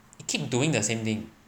keep doing the same thing